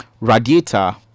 radiator